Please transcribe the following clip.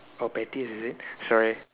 oh pettiest is it sorry